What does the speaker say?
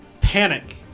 panic